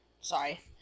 sorry